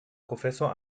professor